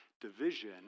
division